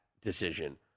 decision